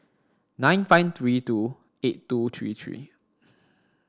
nine five three two eight two three three